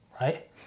right